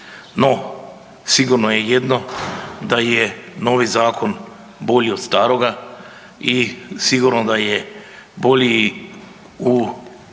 No, sigurno je jedno da je novi zakon bolji od staroga i sigurno da je bolji u tom dijelu